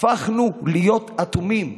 הפכנו להיות אטומים,